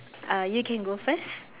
uh you can go first